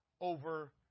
over